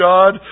God